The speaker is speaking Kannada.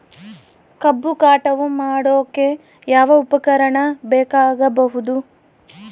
ಕಬ್ಬು ಕಟಾವು ಮಾಡೋಕೆ ಯಾವ ಉಪಕರಣ ಬೇಕಾಗಬಹುದು?